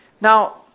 Now